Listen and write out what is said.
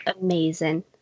amazing